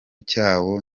cyawo